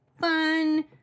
fun